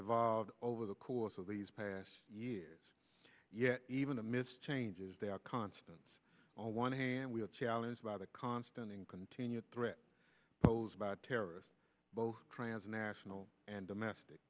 evolved over the course of these past years yet even amidst changes they are constants on one hand we are challenged by the constant and continued threat posed by terrorists both transnational and domestic